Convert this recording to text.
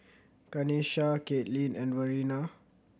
Kanesha Caitlin and Verena